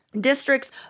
districts